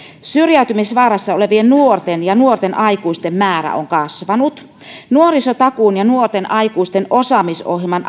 syrjäytymisvaarassa olevien nuorten ja nuorten aikuisten määrä on kasvanut nuorisotakuun ja nuorten aikuisten osaamisohjelman